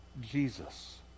Jesus